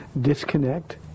disconnect